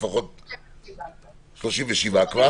37. 37 כבר.